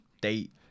date